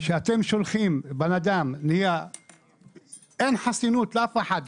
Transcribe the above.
כשאתם שולחים בן אדם אין חסינות לאף אחד,